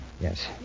Yes